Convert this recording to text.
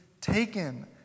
taken